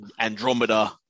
Andromeda